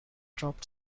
dropped